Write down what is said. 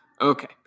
Okay